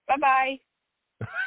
Bye-bye